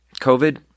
COVID